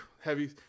heavy